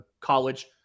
college